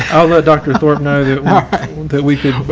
ah although dr. thorpe knows that we could